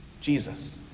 Jesus